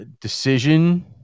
decision